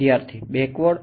વિદ્યાર્થી બેકવર્ડ